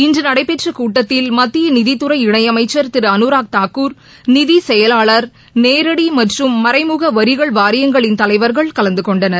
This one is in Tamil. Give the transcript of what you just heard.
இன்று நடைபெற்றக் கூட்டத்தில் மத்திய நிதித்துறை இணை அமைச்சர் திரு அனுராக் தாக்கூர் நிதி செயலாளர் நேரடி மற்றும் மறைமுக வரிகள் வாரியங்களின் தலைவர்கள் கலந்து கொண்டனர்